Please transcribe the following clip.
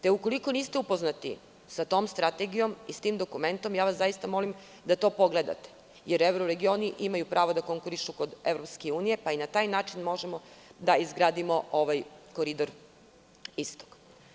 Te, ukoliko niste upoznati sa tom strategijom i tim dokumentom, molim vas da to pogledate, jer evroregioni imaju pravo da konkurišu kod EU, pa i na taj način možemo da izgradimo Koridor Istok.